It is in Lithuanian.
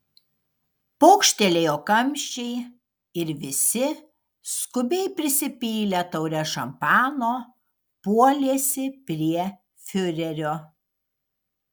pokštelėjo kamščiai ir visi skubiai prisipylę taures šampano puolėsi prie fiurerio